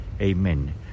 Amen